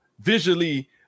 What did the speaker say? visually